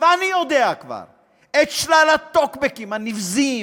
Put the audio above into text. ואני יודע כבר את שלל הטוקבקים הנבזיים,